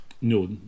No